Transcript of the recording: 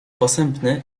posępny